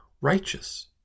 righteous